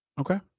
okay